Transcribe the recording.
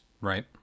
Right